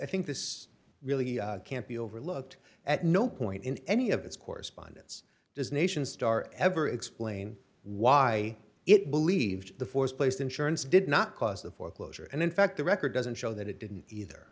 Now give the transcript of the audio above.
i think this really can't be overlooked at no point in any of its correspondence does nation star ever explain why it believed the th placed insurance did not cause the foreclosure and in fact the record doesn't show that it didn't either